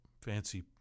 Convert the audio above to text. fancy